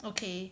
okay